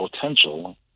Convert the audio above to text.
potential